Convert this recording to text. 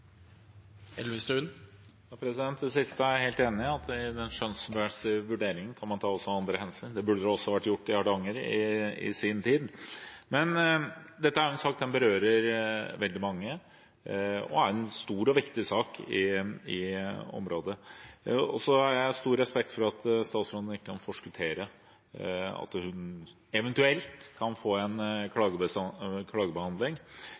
jeg helt enig i. I den skjønnsmessige vurderingen kan man også ta andre hensyn. Det burde også ha vært gjort i Hardanger i sin tid. Dette er en sak som berører veldig mange, og som er stor og viktig i området. Jeg har stor respekt for at statsråden ikke kan forskuttere at hun eventuelt kan få en klagebehandling,